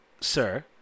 sir